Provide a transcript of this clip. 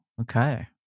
okay